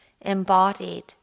embodied